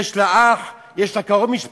יש לה אח, יש לה קרוב משפחה,